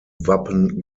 wappen